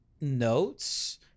notes